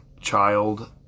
child